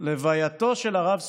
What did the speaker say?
לווייתו של הרב סולובייצ'יק,